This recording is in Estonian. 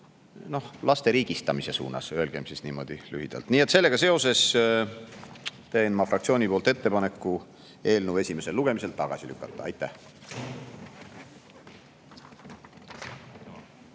ehk laste riigistamise suunas, öelgem siis niimoodi lühidalt. Sellega seoses teen ma fraktsiooni poolt ettepaneku eelnõu esimesel lugemisel tagasi lükata. Aitäh!